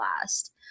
last